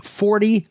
forty